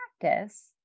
practice